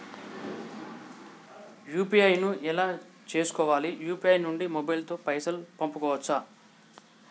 UPI ను ఎలా చేస్కోవాలి యూ.పీ.ఐ నుండి మొబైల్ తో పైసల్ పంపుకోవచ్చా?